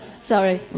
Sorry